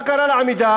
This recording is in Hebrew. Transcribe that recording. מה קרה ל"עמידר"?